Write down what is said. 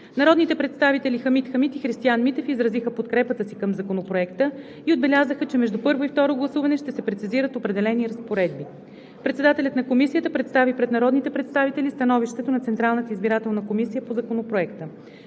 Народните представители Хамид Хамид и Христиан Митев изразиха подкрепата си към Законопроекта и отбелязаха, че между първо и второ гласуване ще се прецизират определени разпоредби. Председателят на Комисията представи пред народните представители становището на Централната избирателна комисия по Законопроекта.